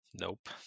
Nope